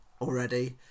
already